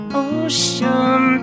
ocean